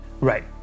Right